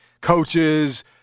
coaches